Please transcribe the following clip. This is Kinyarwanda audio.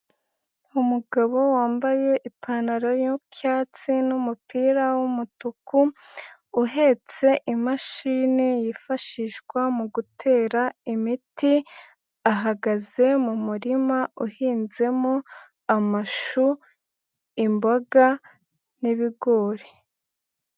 Umugabo wambaye ipantaro y'icyatsi n'umupira w'umutuku uhetse imashini yifashishwa mu gutera imiti, ahagaze mumurima uhinzemo amashu, imboga n'ibigori.